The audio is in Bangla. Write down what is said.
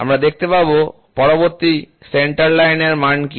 আমরা দেখতে পাব পরবর্তী সেন্টার লাইনের মানটি কী